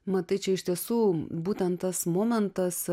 matai čia iš tiesų būtent tas momentas